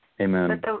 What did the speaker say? Amen